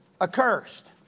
accursed